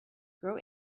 grow